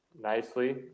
Nicely